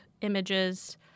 images